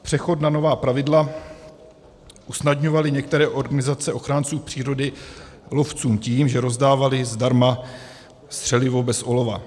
Přechod na nová pravidla usnadňovaly některé organizace ochránců přírody lovcům tím, že rozdávaly zdarma střelivo bez olova.